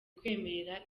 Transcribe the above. kwemerera